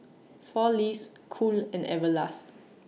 four Leaves Cool and Everlast